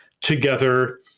together